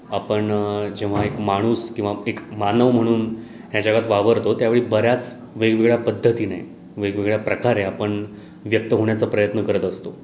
आपण जेव्हा एक माणूस किंवा एक मानव म्हणून ह्या जगात वावरतो त्यावेळी बऱ्याच वेगवेगळ्या पद्धतीने वेगवेगळ्या प्रकारे आपण व्यक्त होण्याचा प्रयत्न करत असतो